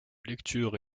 lecture